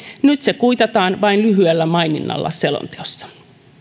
nyt se kuitataan vain lyhyellä maininnalla selonteossa